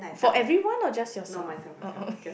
for everyone or just yourself